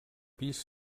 pis